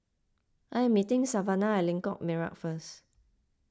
I am meeting Savanah at Lengkok Merak first